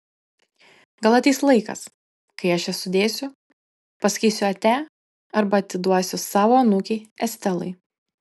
gal ateis laikas kai aš jas sudėsiu pasakysiu ate arba atiduosiu savo anūkei estelai